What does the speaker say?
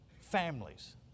families